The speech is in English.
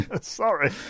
sorry